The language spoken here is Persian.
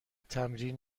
تمرین